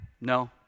No